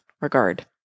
regard